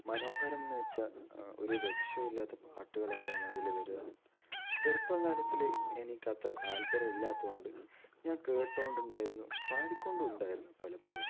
മനോഹരം എന്ന് വെച്ചാൽ ഒരു രക്ഷയുമില്ലാത്ത പാട്ടുകളൊക്കെയാന്ന് അതിൽ വരിക ചെറുപ്പകാലത്തിൽ എനിക്കത്ര താല്പര്യം ഇല്ലാത്തതുകൊണ്ട് ഞാൻ കെട്ടുകൊണ്ടുണ്ടായിരുന്നു പാടിക്കോണ്ടും ഉണ്ടായിരുന്നു പലപ്പൊളും